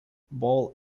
ball